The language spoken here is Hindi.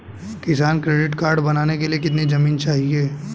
किसान क्रेडिट कार्ड बनाने के लिए कितनी जमीन चाहिए?